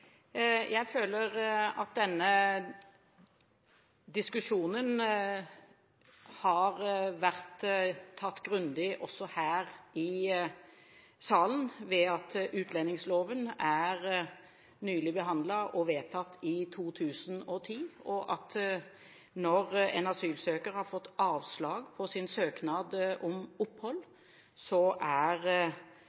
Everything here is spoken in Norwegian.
Jeg føler at denne diskusjonen har vært tatt grundig også her i salen ved at utlendingsloven nylig er behandlet og endret fra 2010. Når en asylsøker har fått avslag på sin søknad om opphold,